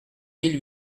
mille